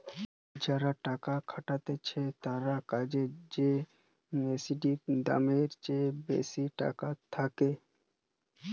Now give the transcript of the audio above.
যারা টাকা খাটাচ্ছে তাদের কাছে যদি এসেটের দামের চেয়ে বেশি টাকা থাকে